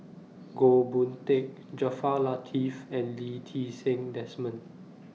Goh Boon Teck Jaafar Latiff and Lee Ti Seng Desmond